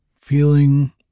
feeling